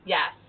Yes